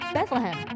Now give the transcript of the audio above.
Bethlehem